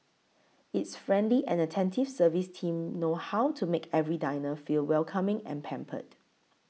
its friendly and attentive service team know how to make every diner feel welcoming and pampered